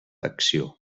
acció